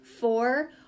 Four